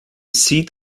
seat